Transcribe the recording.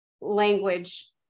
language